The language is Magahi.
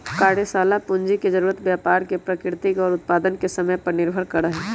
कार्यशाला पूंजी के जरूरत व्यापार के प्रकृति और उत्पादन के समय पर निर्भर करा हई